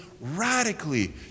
radically